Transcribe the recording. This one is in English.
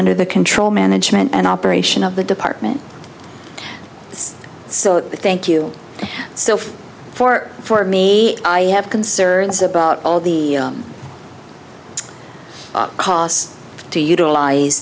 er the control management and operation of the department so thank you so for for me i have concerns about all the costs to utilize